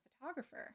photographer